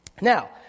Now